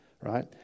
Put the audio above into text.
Right